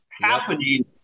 happening